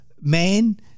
man